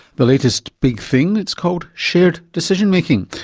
the latest big thing, it's called shared decision making.